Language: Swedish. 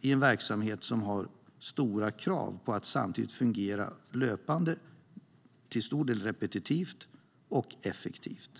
i en verksamhet som har stora krav på att samtidigt fungera löpande till stor del repetitivt och effektivt.